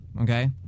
Okay